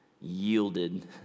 yielded